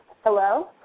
Hello